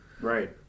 Right